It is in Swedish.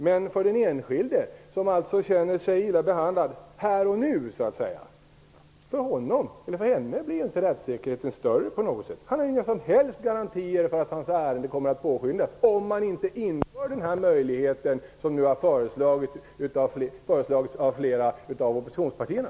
Men för den enskilde som känner sig illa behandlad här och nu blir rättssäkerheten inte större på något sätt. Han eller hon har inga som helst garantier för att hans ärende påskyndas om man inte inför den möjlighet som nu har föreslagits av flera av oppositionspartierna.